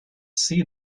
see